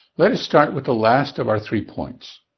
let us start with the last of our three points.